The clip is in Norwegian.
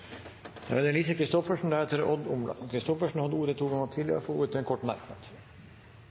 Lise Christoffersen har hatt ordet to ganger tidligere og får ordet til en kort merknad,